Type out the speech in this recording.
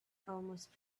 almost